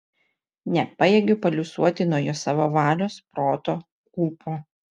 nepajėgiu paliuosuoti nuo jo savo valios proto ūpo